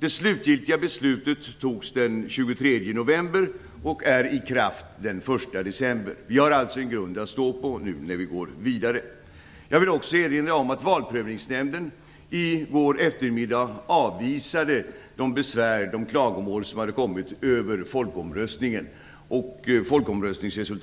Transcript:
Det slutgiltiga beslutet fattades den 23 november och trädde i kraft den 1 december. Vi har alltså en grund att stå på när vi går vidare. Jag vill också erinra om att Valprövningsnämnden i går eftermiddag avvisade de besvär som kommit in angående folkomröstningen. Resultatet från folkomröstningen